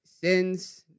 sins